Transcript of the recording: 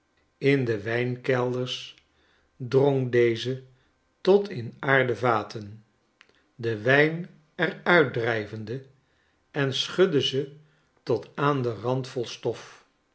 in de wijnkelders drong deze tot in aarden vaten den wijn er uit drijvende en schudde ze tot aan den rand vol stof